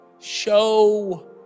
Show